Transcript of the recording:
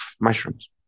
mushrooms